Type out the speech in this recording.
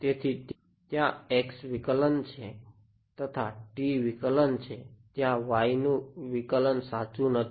તેથી ત્યાં x વિકલન છે ત્યાં t વિકલન છે ત્યાં y નું વિકલન સાચું નથી